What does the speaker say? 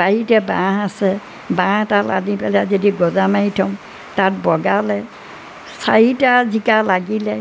বাৰীতে বাঁহ আছে বাঁহ এডাল আনি পেলাই যদি গজা মাৰি থওঁ তাত বগালে চাৰিটা জিকা লাগিলে